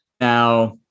now